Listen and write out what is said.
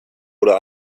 oder